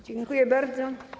Dziękuję bardzo.